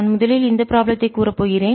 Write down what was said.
நான் முதலில் இந்த ப்ராப்ளத்தை கூறப் போகிறேன்